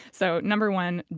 so number one,